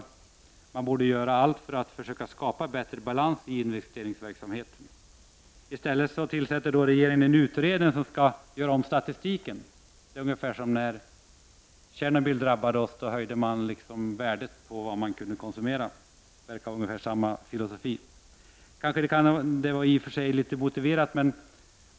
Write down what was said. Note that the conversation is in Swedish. Allt borde göras för att försöka skapa bättre balans i investeringsverksamheten. I stället tillsätter regeringen en utredning som skall göra om statistiken. Det är ungefär samma filosofi som när Tjernobyl drabbade oss. Då höjde man värdet på vad som kunde konsumeras.